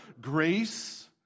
grace